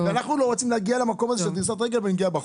ואנחנו לא רוצים להגיע למקום הזה של דריסת רגל ונגיעה בחוק.